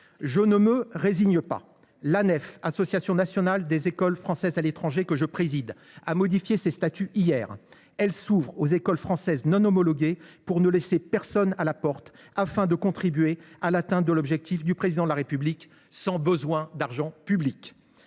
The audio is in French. Je ne m’y résigne pas. L’Association nationale des écoles françaises à l’étranger (Anefe), que je préside, a modifié hier ses statuts. Elle s’ouvre aux écoles françaises non homologuées, pour ne laisser personne à la porte, afin d’aider à atteindre l’objectif du Président de la République sans besoin d’argent public.